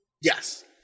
Yes